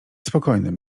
spokojnym